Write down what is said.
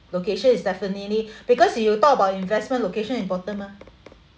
location is definitely because you talk about investment location important mah